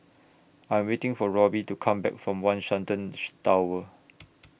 I Am waiting For Robbie to Come Back from one Shenton Tower